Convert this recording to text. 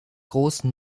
großen